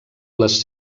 les